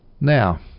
Now